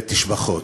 תשבחות,